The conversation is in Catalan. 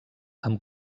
amb